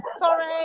sorry